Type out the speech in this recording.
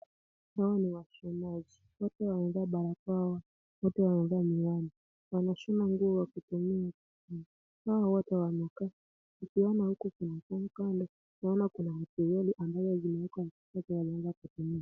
Hawa ni washonaji. Wote wamevaa barakoa. Wote wamevaa miwani. Wanashona nguo kwa kutumia mashini. Hao wote wamekaa. Ukiona huku kuna ambazo zimeekwa wanaenda kuziuza.